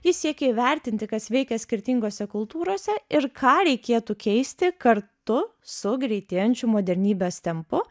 jis siekė įvertinti kas veikia skirtingose kultūrose ir ką reikėtų keisti kartu su greitėjančiu modernybės tempu